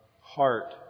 heart